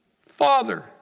Father